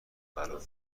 برا